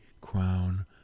crown